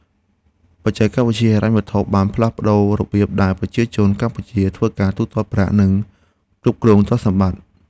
បច្ចេកវិទ្យាហិរញ្ញវត្ថុបានផ្លាស់ប្តូររបៀបដែលប្រជាជនកម្ពុជាធ្វើការទូទាត់ប្រាក់ និងគ្រប់គ្រងទ្រព្យសម្បត្តិ។